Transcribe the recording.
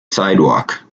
sidewalk